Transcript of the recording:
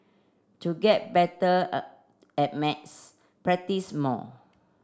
to get better a at maths practise more